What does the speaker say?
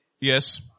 Yes